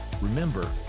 Remember